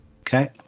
Okay